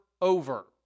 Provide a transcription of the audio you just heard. over